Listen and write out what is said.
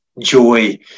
joy